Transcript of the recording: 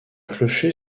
clocher